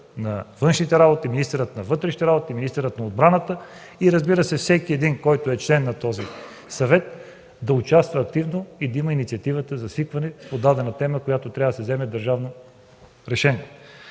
на външните работи, министърът на вътрешните работи, министърът на отбраната и, разбира се, всеки един, който е член на този съвет, да участва активно и да има инициативата за свикване по дадена тема, по която трябва да се вземе държавно решение.